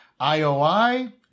IoI